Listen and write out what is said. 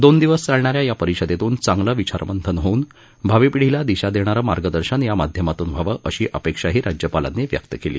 दोन दिवस चालणाऱ्या या परिषदेतून चांगले विचार मंथन होऊन भावी पिढीला दिशा देणारे मार्गदर्शन या माध्यमातून व्हावं अशी अपेक्षाही राज्यपालांनी व्यक्त केली